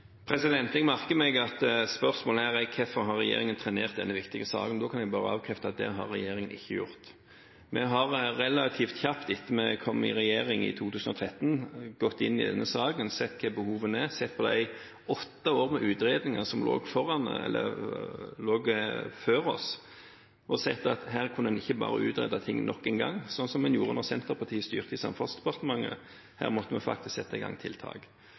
Jeg merker meg at spørsmålet her er: Hvorfor har regjeringen trenert denne viktige saken? Det kan jeg bare avkrefte, det har regjeringen ikke gjort. Vi har relativt kjapt etter at vi kom i regjering i 2013, gått inn i denne saken, sett hva behovene er, sett på de åtte år med utredninger som var før oss, og sett at her kunne en ikke bare utrede ting nok en gang, slik en gjorde da Senterpartiet styrte i Samferdselsdepartementet. Her måtte vi faktisk sette i gang tiltak.